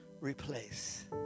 replace